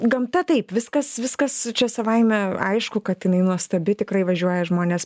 gamta taip viskas viskas čia savaime aišku kad jinai nuostabi tikrai važiuoja žmonės